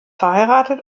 verheiratet